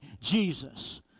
Jesus